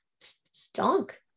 stunk